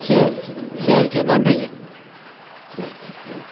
சரிங்க சார் சரிங்க சார் நன்றிங்க சரிங்க சார் ம்